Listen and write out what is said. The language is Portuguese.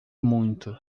muito